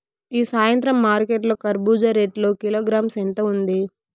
ఈ సాయంత్రం మార్కెట్ లో కర్బూజ రేటు కిలోగ్రామ్స్ ఎంత ఉంది?